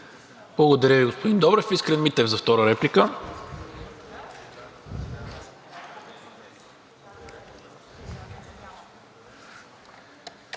Благодаря Ви, господин Добрев. Искрен Митев за втора реплика.